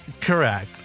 Correct